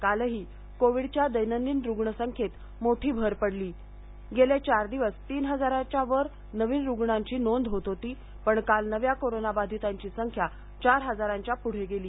कालही कोविडच्या दैनंदिन रुग्ण संख्येत मोठी भर पडली गेले चार दिवस तीन हजारांवर नवीन रुग्णांची नोंद होत होती पण काल नव्या कोरोना बाधितांची संख्या चार हजारांच्या पुढे गेली